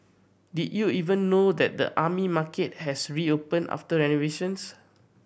did you even know that the Army Market has reopened after renovations